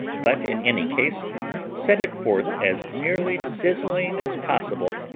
but in any case set it forth as nearly sizzling as possible,